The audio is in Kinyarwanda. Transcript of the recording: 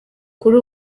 kuri